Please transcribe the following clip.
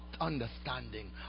understanding